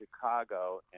Chicago